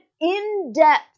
in-depth